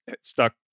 stuck